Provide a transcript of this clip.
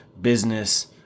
business